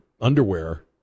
underwear